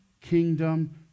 kingdom